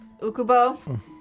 Ukubo